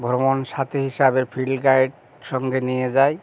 ভ্রমণ সাথী হিসাবে ফিল্ড গাইড সঙ্গে নিয়ে যাই